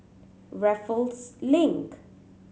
Raffles Link